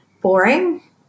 boring